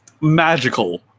magical